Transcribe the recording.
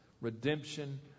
redemption